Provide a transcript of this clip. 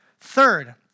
Third